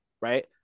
right